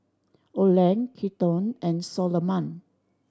Oland Kelton and Soloman